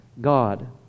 God